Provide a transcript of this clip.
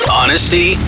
honesty